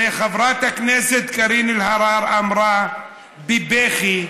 וחברת הכנסת קארין אלהרר אמרה בבכי,